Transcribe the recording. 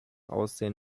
aussehen